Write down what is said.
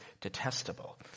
detestable